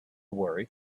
worry